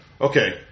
Okay